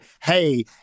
Hey